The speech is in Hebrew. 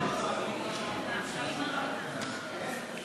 איסור הפליית מועמדים או סטודנטים),